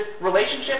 relationship